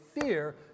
fear